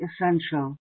essential